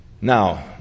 Now